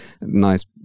nice